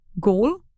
goal